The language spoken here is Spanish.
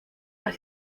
las